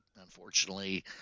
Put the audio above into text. unfortunately